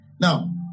Now